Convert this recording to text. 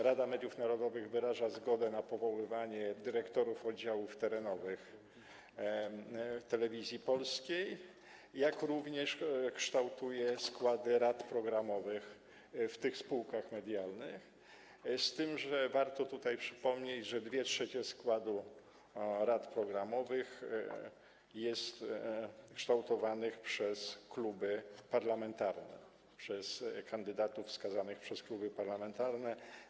Rada Mediów Narodowych wyraża zgodę na powoływanie dyrektorów oddziałów terenowych Telewizji Polskiej, jak również kształtuje składy rad programowych w tych spółkach medialnych, z tym że warto tutaj przypomnieć, że 2/3 składu rad programowych jest kształtowanych przez kluby parlamentarne, przez kandydatów wskazanych przez kluby parlamentarne.